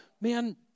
man